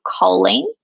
choline